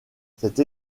cette